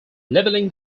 leveling